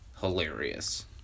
hilarious